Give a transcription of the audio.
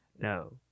no